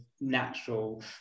natural